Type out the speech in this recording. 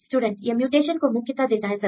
student यह mutation को मुख्यता देता है सर